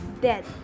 dead